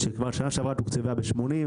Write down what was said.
שכבר שנה שעברה תוקצבה ב-80,